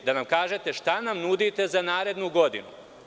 Da nam kažete šta nam nudite za narednu godinu?